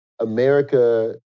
america